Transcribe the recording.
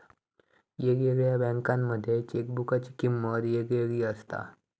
येगयेगळ्या बँकांमध्ये चेकबुकाची किमंत येगयेगळी असता